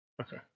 Okay